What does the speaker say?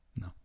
no